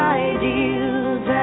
ideals